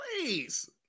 please